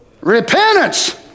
Repentance